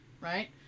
Right